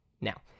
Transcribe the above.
now